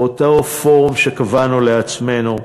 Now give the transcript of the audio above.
באותו פורום שקבענו לעצמנו,